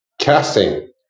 casting